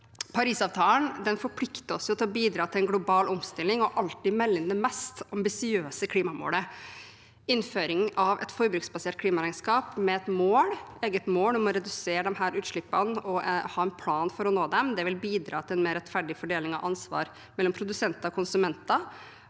Parisavtalen forplikter oss til å bidra til en global omstilling og alltid melde inn det mest ambisiøse klimamålet. Innføring av et forbruksbasert klimaregnskap med et eget mål om å redusere disse utslippene og en plan for å nå dem vil bidra til en mer rettferdig fordeling av ansvar mellom produsenter og konsumenter,